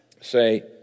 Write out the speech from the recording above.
Say